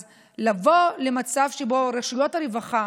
אז לבוא למצב שבו רשויות הרווחה